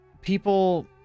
people